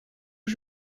aux